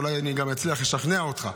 אולי אני אצליח לשכנע אותך.